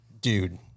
dude